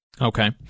Okay